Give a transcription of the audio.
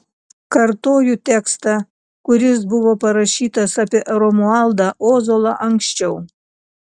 kartoju tekstą kuris buvo parašytas apie romualdą ozolą anksčiau